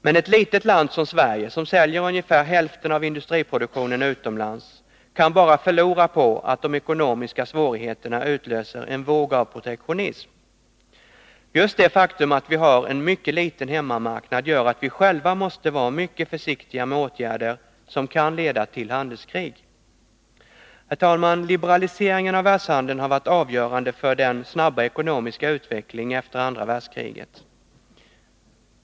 Men ett litet land som Sverige, som säljer ungefär hälften av industriproduktionen utomlands, kan bara förlora på att de ekonomiska svårigheterna utlöser en våg av protektionism. Just det faktum att vi har en mycket liten hemmamarknad gör att vi själva måste vara mycket försiktiga med åtgärder som kan leda till handelskrig. Herr talman! Liberaliseringen av världshandeln har varit avgörande för den snabba ekonomiska utvecklingen efter andra världskriget.